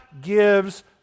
gives